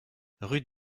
rue